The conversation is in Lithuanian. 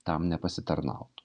tam nepasitarnautų